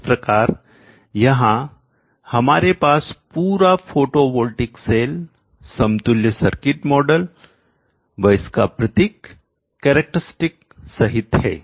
इस प्रकार यहां हमारे पास पूरा फोटोवोल्टिक सेल समतुल्य सर्किट मॉडल व इसका प्रतीक कैरेक्टरस्टिक सहित है